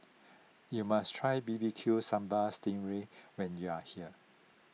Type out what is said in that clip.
you must try B B Q Sambal Sting Ray when you are here